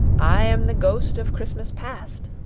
i am the ghost of christmas past.